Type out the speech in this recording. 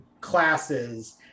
classes